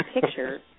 picture